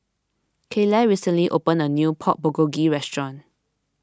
Kayleigh recently opened a new Pork Bulgogi restaurant